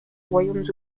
royaumes